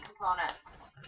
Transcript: components